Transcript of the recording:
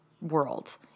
world